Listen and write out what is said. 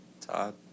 Todd